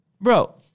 Bro